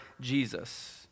Jesus